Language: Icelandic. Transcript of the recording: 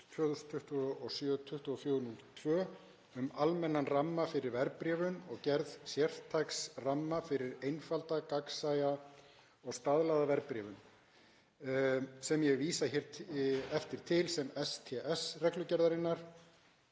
um almennan ramma fyrir verðbréfun og gerð sértæks ramma fyrir einfalda, gagnsæja og staðlaða verðbréfun, sem ég vísa hér eftir til sem STS-reglugerðarinnar,